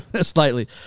Slightly